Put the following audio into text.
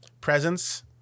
presence